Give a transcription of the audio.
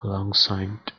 alongside